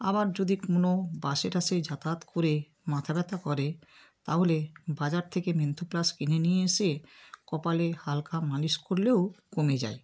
আবার যদি কোনো বাসে টাসে যাতায়াত করে মাথা ব্যথা করে তাহলে বাজার থেকে প্লাস কিনে নিয়ে এসে কপালে হালকা মালিশ করলেও কমে যায়